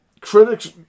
critics